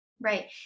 right